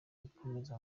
gukomeza